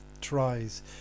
tries